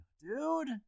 dude